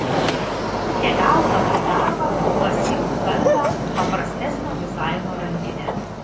keliaudama į darbą pasiimk talpią paprastesnio dizaino rankinę